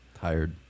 tired